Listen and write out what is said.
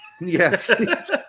Yes